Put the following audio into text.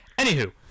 Anywho